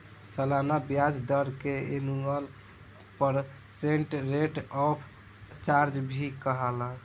सलाना ब्याज दर के annual percent rate of charge भी कहाला